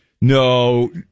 No